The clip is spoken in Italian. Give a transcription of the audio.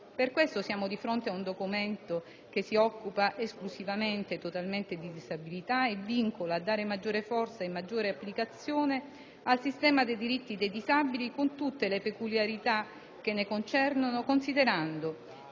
Per questo, siamo di fronte ad un documento che si occupa esclusivamente e totalmente di disabilità e vincola a dare maggiore forza e maggiore applicazione al sistema dei diritti dei disabili con tutte le peculiarità che ne concernono, considerando